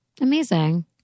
Amazing